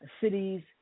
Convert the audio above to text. cities